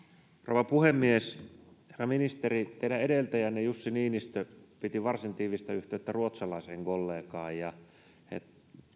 rouva puhemies herra ministeri teidän edeltäjänne jussi niinistö piti varsin tiivistä yhteyttä ruotsalaiseen kollegaan ja he